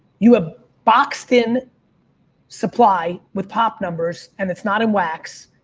you have boxed in supply with pop numbers and it's not in wax,